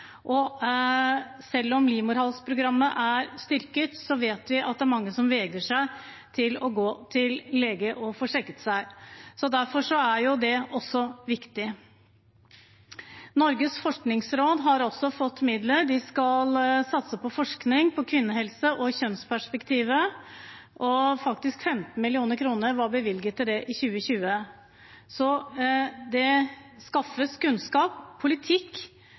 Selv om livmorhalsprogrammet er styrket, vet vi at det er mange som vegrer seg for å gå til legen og få sjekket seg. Derfor er også det viktig. Norges forskningsråd har også fått midler. De skal satse på forskning på kvinnehelse og kjønnsperspektivet. Faktisk var 15 mill. kr bevilget til det i 2020. Så det skaffes kunnskap. Politikk